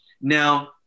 Now